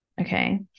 Okay